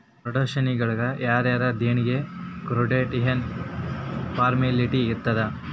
ಫೌಡೇಷನ್ನಿಗೆಲ್ಲಾ ಯಾರರ ದೆಣಿಗಿ ಕೊಟ್ರ್ ಯೆನ್ ಫಾರ್ಮ್ಯಾಲಿಟಿ ಇರ್ತಾದ?